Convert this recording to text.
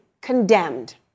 condemned